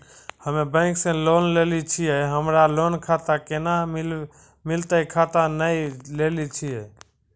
हम्मे बैंक से लोन लेली छियै हमरा लोन खाता कैना मिलतै खाता नैय लैलै छियै?